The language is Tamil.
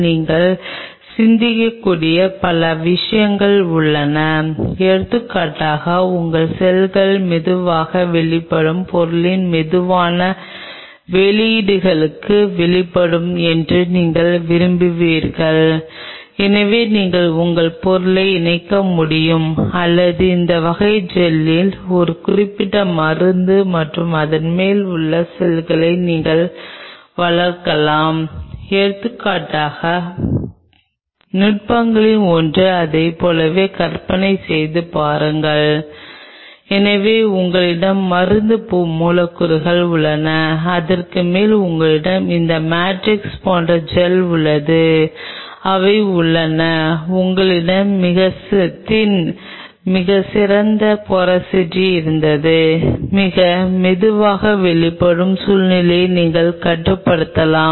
நீங்கள் இங்கே பார்ப்பது என்னவென்றால் இந்த முழு செயல்முறையையும் மிகவும் முறையான முறையில் கண்காணிக்க முடியும் இல்லையெனில் நீங்கள் தற்போது உலகெங்கிலும் நடந்துகொண்டிருக்கும் செல் கல்ச்சர் பெரும்பகுதியைப் பார்த்தால் செய்யப்படவில்லை